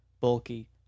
bulky